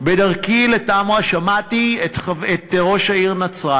בדרכי לתמרה שמעתי את ראש העיר נצרת